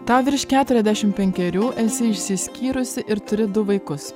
tau virš keturiasdešimt penkerių esi išsiskyrusi ir turi du vaikus